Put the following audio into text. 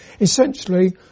Essentially